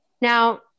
Now